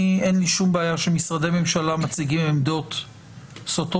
אין לי שום בעיה שמשרדי ממשלה מציגים עמדות סותרות.